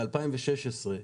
ב-2016,